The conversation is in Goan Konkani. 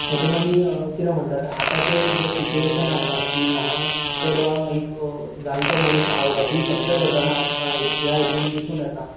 हेतून आमी कितें म्हणटात तेका आतांचे जें सिचुएशन आसा की ल्हान चोडवांक एक जाणटो मनीस आवडप ही सत्य घटना ह्या हेतून दिसून येता